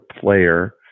player